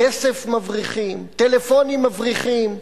גם סמים מבריחים, כסף מבריחים, טלפונים מבריחים.